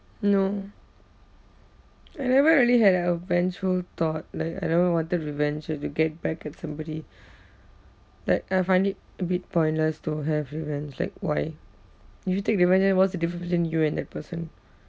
no I never really had a vengeful thought like I never wanted revenge like to get back at somebody like I find it a bit pointless to have revenge like why if you take revenge then what's the difference between you and that person